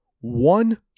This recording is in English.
one